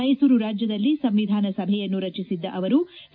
ಮೈಸೂರು ರಾಜ್ಯದಲ್ಲಿ ಸಂವಿಧಾನ ಸಭೆಯನ್ನು ರಚಿಸಿದ್ದ ಅವರು ಕೆ